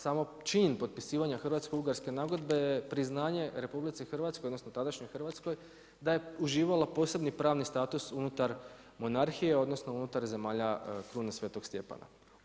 Samo čin potpisivanja Hrvatsko-ugarske nagodbe je priznanje RH odnosno tadašnjoj Hrvatskoj da je uživala posebni pravni status unutar monarhije, odnosno unutar Zemalja Krune svetog Stjepana.